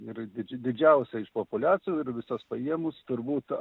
ir didž didžiausia iš populiacijų ir visas paėmus turbūt a